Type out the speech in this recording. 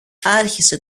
άρχισε